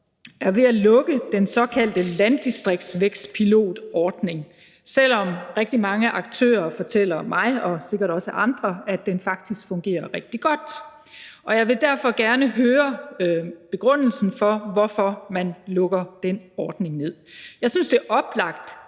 er ved at lukke den såkaldte landdistriktsvækstpilotordning, selv om rigtig mange aktører fortæller mig og sikkert også andre, at den faktisk fungerer rigtig godt. Jeg vil derfor gerne høre begrundelsen for, hvorfor man lukker den ordning ned. Jeg synes, det er oplagt